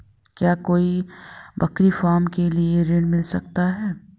क्या कोई बकरी फार्म के लिए ऋण मिल सकता है?